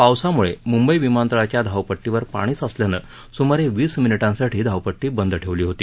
पावसामुळे मुंबई विमानतळाच्या धावपट्टीवर पाणी साचल्यानं सुमारे वीस मिनिटांसाठी धावपट्टी बंद ठेवली होती